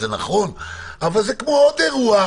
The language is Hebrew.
זה נכון, אבל זה כמו עוד אירוע,